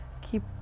keep